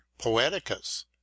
Poeticus